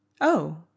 Oh